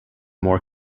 more